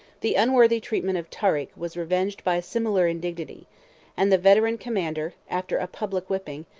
the unworthy treatment of tarik was revenged by a similar indignity and the veteran commander, after a public whipping,